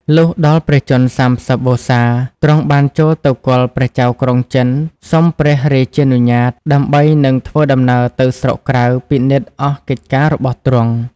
លុះដល់ព្រះជន្ម ៣០ វស្សា ទ្រង់បានចូលទៅគាល់ព្រះចៅក្រុងចិន សុំព្រះរាជានុញ្ញាត ដើម្បីនឹងធ្វើដំណើរទៅស្រុកក្រៅពិនិត្យអស់កិច្ចការរបស់ទ្រង់ ។